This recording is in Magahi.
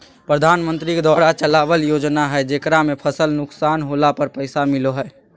प्रधानमंत्री के द्वारा चलावल योजना हइ जेकरा में फसल नुकसान होला पर पैसा मिलो हइ